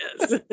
Yes